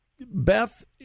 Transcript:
Beth